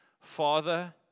Father